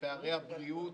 בפערי הבריאות.